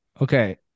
Okay